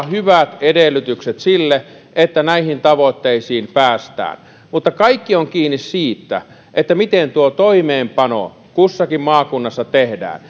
hyvät edellytykset sille että näihin tavoitteisiin päästään mutta kaikki on kiinni siitä miten toimeenpano kussakin maakunnassa tehdään